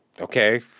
Okay